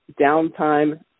downtime